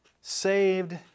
saved